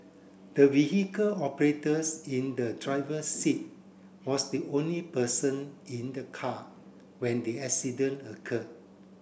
the vehicle operators in the driver's seat was the only person in the car when the accident occurred